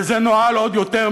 וזה נואל עוד יותר,